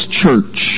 church